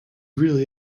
really